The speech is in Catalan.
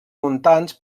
montans